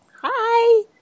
Hi